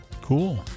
Cool